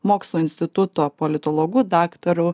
mokslų instituto politologu daktaru